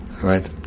right